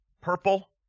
Purple